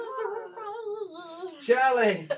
Charlie